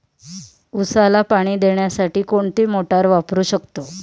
उसाला पाणी देण्यासाठी कोणती मोटार वापरू शकतो?